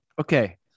Okay